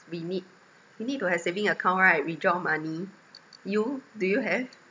we need we need to have saving account right withdraw money you do you have